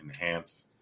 enhance